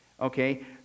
okay